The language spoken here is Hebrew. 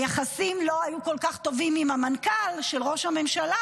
היחסים לא היו כל כך טובים עם המנכ"ל של ראש הממשלה,